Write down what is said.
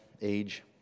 age